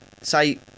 say